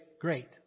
great